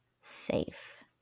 safe